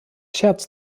scherz